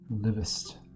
livest